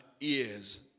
ears